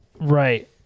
right